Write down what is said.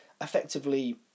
effectively